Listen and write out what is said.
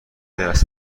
درس